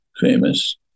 famous